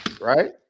right